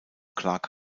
clark